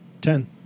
Ten